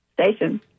station